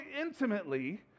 intimately